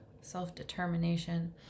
self-determination